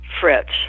fritz